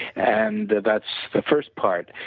and that's the first part.